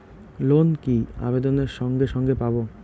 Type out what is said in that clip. Loan কি আবেদনের সঙ্গে সঙ্গে পাব?